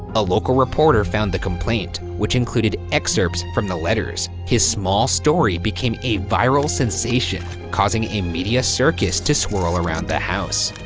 a local reporter found the complaint, which included excerpts from the letters. his small story became a viral sensation, causing a media circus to swirl around the house.